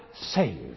Saved